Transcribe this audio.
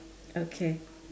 okay